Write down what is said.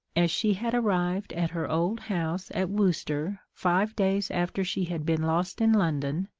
as she had arrived at her old house at worcester five days after she had been lost in london,